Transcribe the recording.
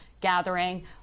gathering